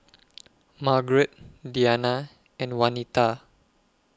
Margret Dianna and Wanita